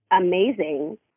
amazing